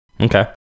Okay